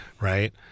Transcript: Right